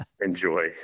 enjoy